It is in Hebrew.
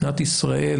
מדינת ישראל,